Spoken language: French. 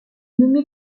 nommé